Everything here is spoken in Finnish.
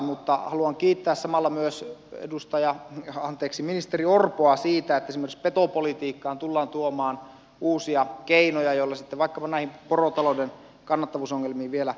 mutta haluan kiittää samalla myös ministeri orpoa siitä että esimerkiksi petopolitiikkaan tullaan tuomaan uusia keinoja joilla sitten vaikkapa näihin porotalouden kannattavuusongelmiin vielä puututaan